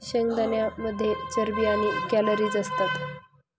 शेंगदाण्यांमध्ये चरबी आणि कॅलरीज असतात